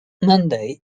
monday